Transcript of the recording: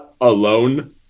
alone